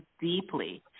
deeply